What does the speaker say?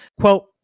quote